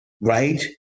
right